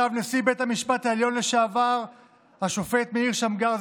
כתב נשיא בית המשפט העליון לשעבר השופט מאיר שמגר,